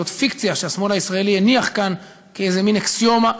זאת פיקציה שהשמאל הישראלי הניח כאן כאיזה מין אקסיומה.